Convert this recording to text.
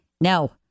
No